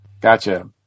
Gotcha